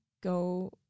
go